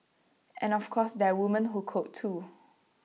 and of course there are women who code too